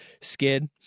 skid